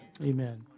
Amen